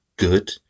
Good